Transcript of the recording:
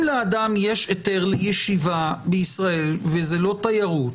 אם לאדם יש היתר ישיבה בישראל וזאת לא תיירות,